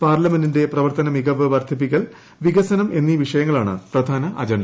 പാർലമെന്റിന്റെ പ്രവർത്തന മികവ് വർദ്ധിപ്പിക്കൽ വികസനം എന്നീ വിഷയങ്ങളാണ് പ്രധാന അജണ്ട